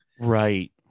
right